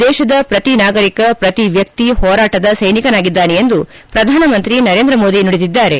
ದೇಶದ ಪ್ರತಿ ನಾಗರಿಕ ಪ್ರತಿ ವ್ಯಕ್ತಿ ಹೋರಾಟದ ಸೈನಿಕನಾಗಿದ್ದಾನೆ ಎಂದು ಪ್ರಧಾನಮಂತ್ರಿ ನರೇಂದ್ರ ಮೋದಿ ನುಡಿದಿದ್ದಾರೆ